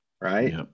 right